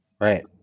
Right